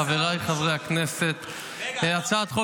חבריי חברי הכנסת --- יכול להיות שאתה השר הראשון?